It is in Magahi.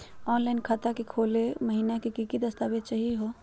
ऑनलाइन खाता खोलै महिना की की दस्तावेज चाहीयो हो?